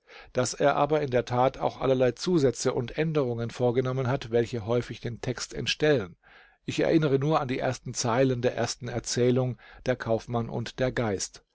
daß er aber in der tat auch allerlei zusätze und änderungen vorgenommen hat welche häufig den text entstellen ich erinnere nur an die ersten zeilen der ersten erzählung der kaufmann und der geist